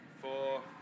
four